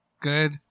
good